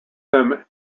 them